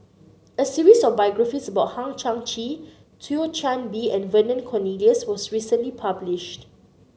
a series of biographies about Hang Chang Chieh Thio Chan Bee and Vernon Cornelius was recently published